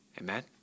Amen